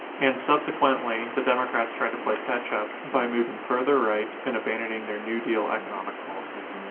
and subsequently, the democrats tried to play catch-up by moving further right and abandoning their new deal economic policies.